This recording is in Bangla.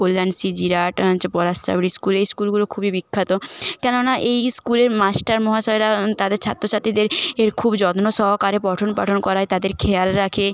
কল্যাণ শী জিরাট চ পলাশচাবড়ী স্কুল এই স্কুলগুলো খুবই বিখ্যাত কেননা এই স্কুলের মাস্টার মশাইরা তাদের ছাত্র ছাত্রীদের এর খুব যত্ন সহকারে পঠনপাঠন করায় তাদের খেয়াল রাখে